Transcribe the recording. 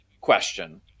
question